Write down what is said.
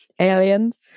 Aliens